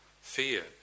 fear